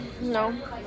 No